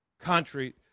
country